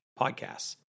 podcasts